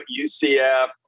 UCF